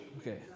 Okay